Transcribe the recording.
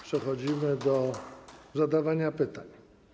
Przechodzimy do zadawania pytań.